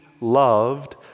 loved